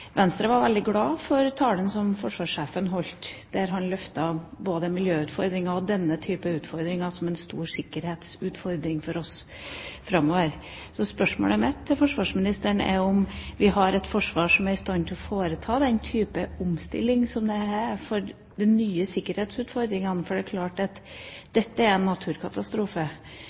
Venstre var veldig glad for talen som forsvarssjefen holdt, en tale der han løftet både miljøutfordringer og denne type utfordringer som en stor sikkerhetsutfordring for oss framover. Mitt spørsmål til forsvarsministeren er om vi har et forsvar som er i stand til å foreta en omstilling som møter de nye sikkerhetsutfordringene. På Haiti ser vi en naturkatastrofe, men vi ser også at